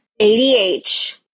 ADH